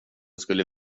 skulle